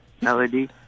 Melody